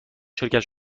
شرکت